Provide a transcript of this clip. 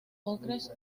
ocres